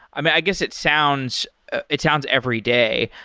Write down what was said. i mean, i guess it sounds it sounds everyday,